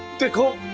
to kill